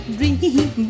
dream